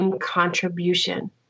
contribution